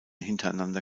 hintereinander